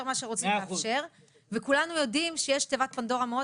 מה שרוצים לאפשר וכולנו יודעים שיש תיבת פנדורה מאוד